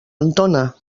entona